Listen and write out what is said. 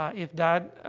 ah if that, ah,